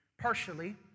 Partially